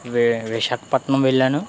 వి విశాఖపట్నం వెళ్ళాను